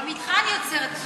גם אתך אני יוצרת.